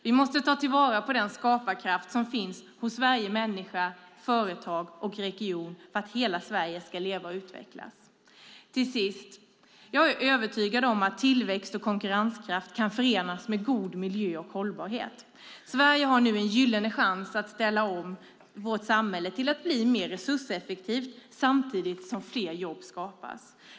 Vi måste ta till vara den skaparkraft som finns hos varje människa, företag och region för att hela Sverige ska leva och utvecklas. Till sist: Jag är övertygad om att tillväxt och konkurrenskraft kan förenas med god miljö och hållbarhet. Sverige har nu en gyllene chans att ställa om samhället till att bli mer resurseffektivt samtidigt som fler jobb skapas.